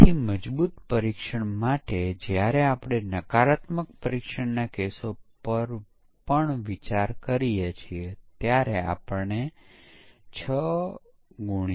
તેથી સિસ્ટમ પરીક્ષણના ત્રણ પ્રકારો પરીક્ષણ કોણ કરે છે તેના પર નિર્ભર છે